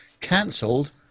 cancelled